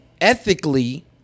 ethically